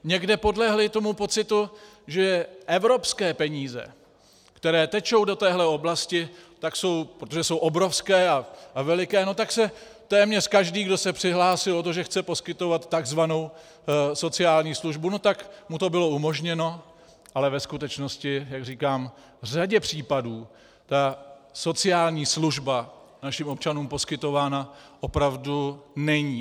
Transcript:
Někde podlehli tomu pocitu, že evropské peníze, které tečou do téhle oblasti, protože jsou obrovské a veliké, tak se téměř každý, kdo se přihlásil o to, že chce poskytovat tzv. sociální službu, no tak mu to bylo umožněno, ale ve skutečnosti, jak říkám, v řadě případů sociální služba našim občanům poskytována opravdu není.